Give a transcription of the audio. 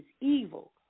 evil